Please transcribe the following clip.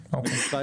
יהיה ממוסד,